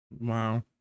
Wow